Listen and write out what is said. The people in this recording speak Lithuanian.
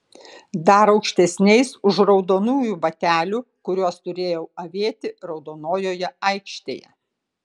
dar aukštesniais už raudonųjų batelių kuriuos turėjau avėti raudonojoje aikštėje